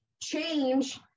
change